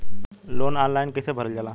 Loan online कइसे भरल जाला?